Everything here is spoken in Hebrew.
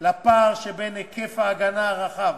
לפער שבין היקף ההגנה הרחב